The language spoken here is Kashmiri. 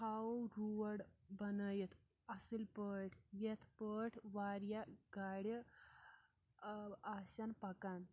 تھاوو روڑ بنٲیِتھ اَصٕل پٲٹھۍ یَتھ پٲٹھۍ واریاہ گاڑِ آسن پَکان